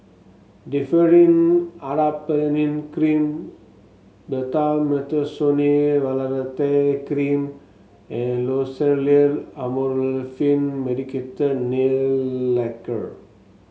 Differin Adapalene Cream Betamethasone Valerate Cream and Loceryl Amorolfine Medicated Nail Lacquer